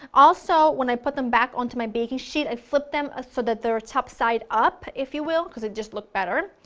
also when i put them back onto my baking sheet i flipped them ah so that they're top side up, if you will, because they just look better.